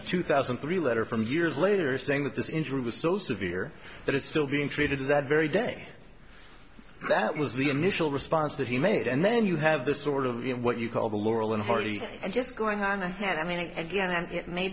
of two thousand and three letter from years later saying that this injury was so severe that it's still being treated that very day that was the initial response that he made and then you have this sort of what you call the laurel and hardy and just going on ahead i mean again and it may